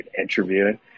interviewing